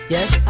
Yes